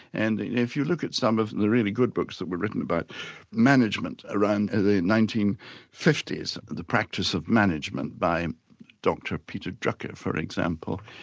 and if you look at some of the really good books that were written by but management around the nineteen fifty s, the practice of management by dr peter drucker, for example,